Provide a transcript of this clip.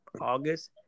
August